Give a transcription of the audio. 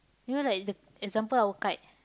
you know like the example our kite